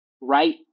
right